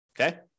Okay